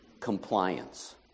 Compliance